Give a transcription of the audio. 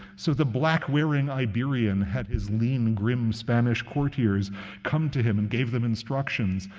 so the black-wearing iberian had his lean, grim spanish courtiers come to him and gave them instructions,